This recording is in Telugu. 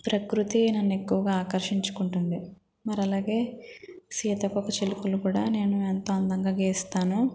ప్రకృతి నన్ను ఎక్కువగా ఆకర్షించుకుంటుంది మరి అలాగే సీతాకోకచిలుకలు కూడా నేను ఎంతో అందంగా గీస్తాను